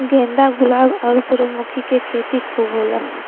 गेंदा गुलाब आउर सूरजमुखी के खेती खूब होला